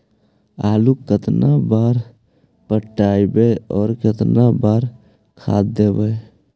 आलू केतना बार पटइबै और केतना बार खाद देबै?